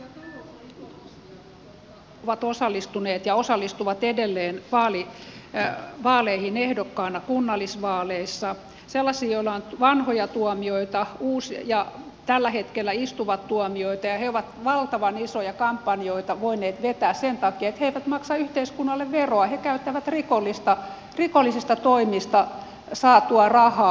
on jopa sellaisia talousrikollisia jotka ovat osallistuneet ja osallistuvat edelleen vaaleihin ehdokkaana kunnallisvaaleissa sellaisia joilla on vanhoja tuomioita ja jotka tällä hetkellä istuvat tuomioita ja he ovat valtavan isoja kampanjoita voineet vetää sen takia että he eivät maksa yhteiskunnalle veroa he käyttävät rikollisista toimista saatua rahaa